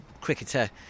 cricketer